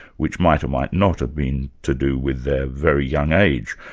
which might or might not have been to do with their very young age.